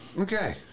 Okay